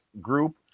group